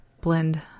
blend